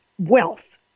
Wealth